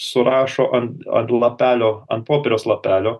surašo ant ant lapelio ant popieriaus lapelio